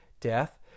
death